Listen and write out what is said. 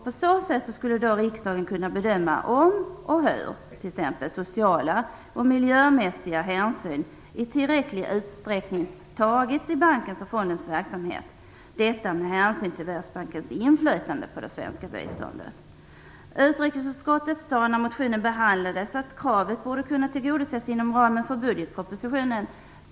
På så sätt skulle riksdagen kunna bedöma om och hur t.ex. sociala och miljömässiga hänsyn i tillräcklig utsträckning tagits i bankens och fondens verksamhet. Detta med hänsyn till Världsbankens inflytande på det svenska biståndet. Utrikesutskottet sade när motionen behandlades att kravet borde kunna tillgodoses inom ramen för budgetpropositionen.